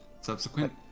subsequent